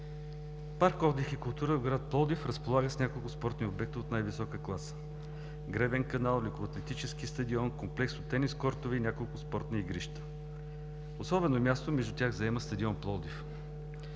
Парк „Отдих и култура“ в град Пловдив разполага с няколко спортни обекта от най-висока класа: гребен канал, лекоатлетически стадион, комплекс от тенис кортове и няколко спортни игрища. Особено място между тях заема стадион „Пловдив“,